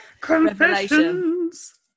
Confessions